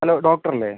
hello ഡോക്ടറല്ലേ